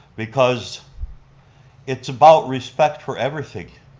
because it's about respect for everything.